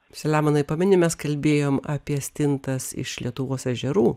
selemonai pameni mes kalbėjom apie stintas iš lietuvos ežerų